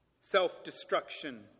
Self-destruction